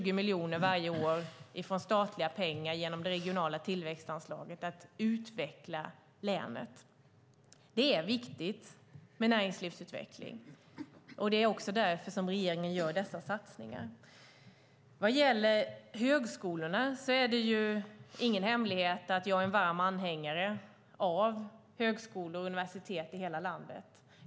Varje år får man från statliga pengar - genom det regionala tillväxtanslaget - drygt 20 miljoner till att utveckla länet. Det är viktigt med näringslivsutveckling. Det är därför regeringen gör dessa satsningar. Vad gäller högskolorna är det ingen hemlighet att jag är en varm anhängare av högskolor och universitet i hela landet.